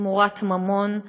תמורת ממון,